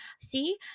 see